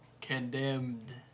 Condemned